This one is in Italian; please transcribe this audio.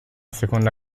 seconda